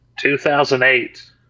2008